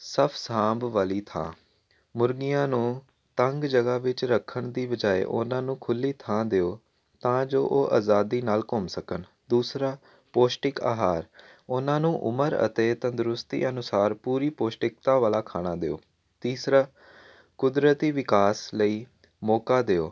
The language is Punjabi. ਸਭ ਸਾਂਭ ਵਾਲੀ ਥਾਂ ਮੁਰਗੀਆਂ ਨੂੰ ਤੰਗ ਜਗ੍ਹਾ ਵਿੱਚ ਰੱਖਣ ਦੀ ਬਜਾਏ ਉਹਨਾਂ ਨੂੰ ਖੁੱਲ੍ਹੀ ਥਾਂ ਦਿਓ ਤਾਂ ਜੋ ਉਹ ਆਜ਼ਾਦੀ ਨਾਲ ਘੁੰਮ ਸਕਣ ਦੂਸਰਾ ਪੋਸ਼ਟਿਕ ਆਹਾਰ ਉਹਨਾਂ ਨੂੰ ਉਮਰ ਅਤੇ ਤੰਦਰੁਸਤੀ ਅਨੁਸਾਰ ਪੂਰੀ ਪੌਸ਼ਟਿਕਤਾ ਵਾਲਾ ਖਾਣਾ ਦਿਓ ਤੀਸਰਾ ਕੁਦਰਤੀ ਵਿਕਾਸ ਲਈ ਮੋਕਾ ਦਿਓ